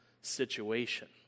situation